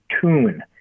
tune